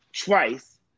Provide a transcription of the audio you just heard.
twice